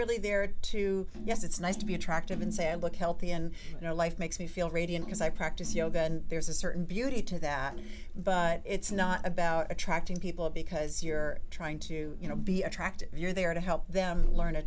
really there to yes it's nice to be attractive and say i look healthy and you know life makes me feel radiant because i practice yoga and there's a certain beauty to that but it's not about attracting people because you're trying to you know be attracted you're there to help them learn a